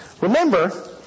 remember